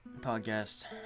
podcast